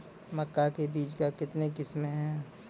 मक्का के बीज का कितने किसमें हैं?